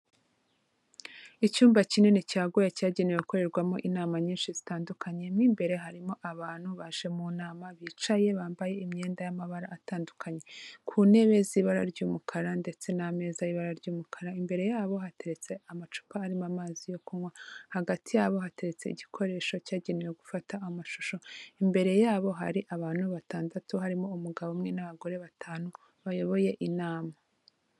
Icyumba kinini cyagoya cyagenewe abakorerwamo inama nyinshi zitandukanyemo imbere harimo abantu baje mu nama bicaye bambaye imyenda y'amabara atandukanye ku ntebe z'ibara ry'umukara ndetse n'ameza ibara ry'umukara imbere yabo hateretse amacupa arimo amazi yo kunywa hagati yabo hatetse igikoresho cyagenewe gufata amashusho imbere yabo hari abantu batandatu harimo umugabo umwe n'abagore batanu bayoboye inama.